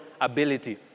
ability